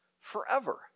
forever